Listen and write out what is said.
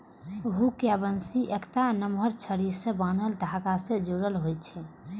hook या बंसी एकटा नमहर छड़ी सं बान्हल धागा सं जुड़ल होइ छै